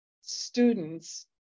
students